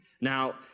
Now